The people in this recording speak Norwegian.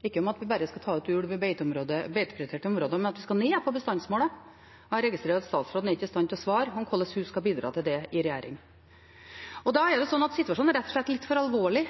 i stand til å svare på hvordan hun skal bidra til det i regjering. Situasjonen er rett og slett litt for alvorlig